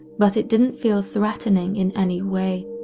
but it didn't feel threatening in any way.